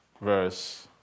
verse